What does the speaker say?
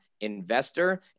investor